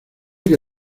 que